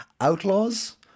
outlaws